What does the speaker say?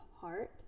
heart